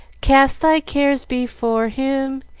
cast thy cares before him,